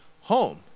home